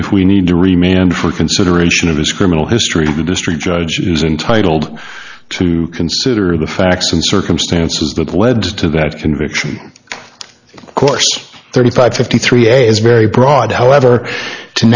if we need to remain and for consideration of his criminal history the district judge is entitled to consider the facts and circumstances that lead to that conviction course thirty five fifty three a is very broad however to